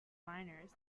liners